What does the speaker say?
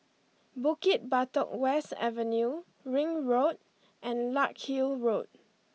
Bukit Batok West Avenue Ring Road and Larkhill Road